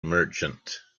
merchant